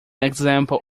example